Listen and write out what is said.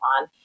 on